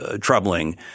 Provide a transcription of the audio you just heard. troubling